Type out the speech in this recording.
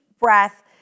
breath